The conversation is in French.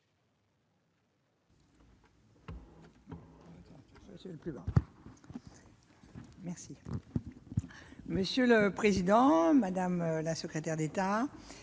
Monsieur le président, madame la secrétaire d'État,